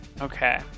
okay